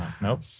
Nope